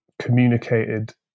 communicated